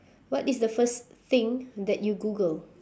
what is the first thing that you google